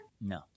No